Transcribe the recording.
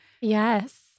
Yes